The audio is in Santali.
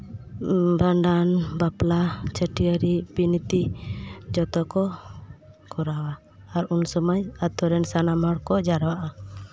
ᱵᱷᱟᱸᱰᱟᱱ ᱵᱟᱯᱞᱟ ᱪᱷᱟᱹᱴᱭᱟᱹᱨᱤᱡ ᱵᱤᱱᱛᱤ ᱡᱚᱛᱚ ᱠᱚ ᱠᱚᱨᱟᱣᱟ ᱟᱨ ᱩᱱ ᱥᱚᱢᱚᱭ ᱟᱛᱳ ᱨᱮᱱ ᱥᱟᱱᱟᱢ ᱦᱚᱲ ᱠᱚ ᱡᱟᱣᱨᱟᱜᱼᱟ